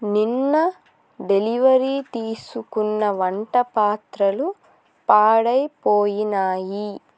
నిన్న డెలివరీ తీసుకున్న వంటపాత్రలు పాడైపోయినాయి